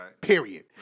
period